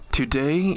today